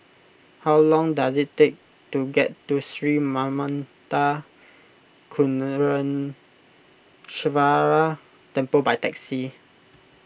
how long does it take to get to Sri Manmatha Karuneshvarar Temple by taxi